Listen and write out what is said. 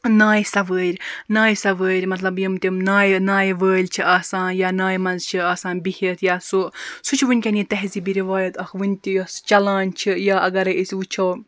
نایہِ سَوٲرۍ نایہِ سَوٲرۍ مَطلَب یِم تِم نایہِ نایہِ وٲلۍ چھِ آسان یا نایہِ مَنٛز چھِ آسان بِہِتھ یا سُہ سُہ چھُ ونکٮ۪ن تہذیٖبی رِوایت اکھ وٕنتہِ یۄس چَلان چھِ یا اَگَر أسۍ وٕچھو